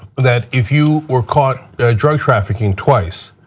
that if you were caught drug trafficking twice,